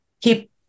keep